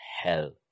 hell